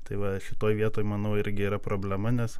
tai va šitoj vietoj manau irgi yra problema nes